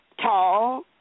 tall